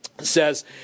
Says